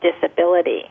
disability